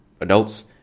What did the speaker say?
adults